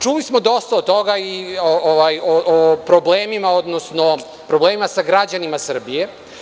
Čuli smo dosta od toga i o problemima, odnosno problemima sa građanima Srbije.